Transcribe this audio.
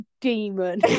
demon